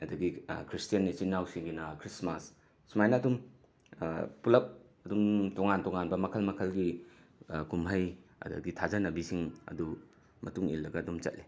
ꯑꯗꯒꯤ ꯈ꯭ꯔꯤꯁꯇꯦꯟ ꯏꯆꯤꯟ ꯏꯅꯥꯎꯁꯤꯡꯒꯤꯅ ꯈ꯭ꯔꯤꯁꯃꯥꯥꯁ ꯁꯨꯃꯥꯏꯅ ꯑꯗꯨꯝ ꯄꯨꯂꯞ ꯑꯗꯨꯝ ꯇꯣꯉꯥꯟ ꯇꯣꯉꯥꯟꯕ ꯃꯈꯜ ꯃꯈꯜꯒꯤ ꯀꯨꯝꯍꯩ ꯑꯗꯒꯤ ꯊꯥꯖꯅꯕꯤꯁꯤꯡ ꯑꯗꯨ ꯃꯇꯨꯡ ꯏꯜꯂꯒ ꯑꯗꯨꯝ ꯆꯠꯂꯤ